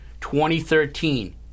2013